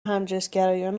همجنسگرایان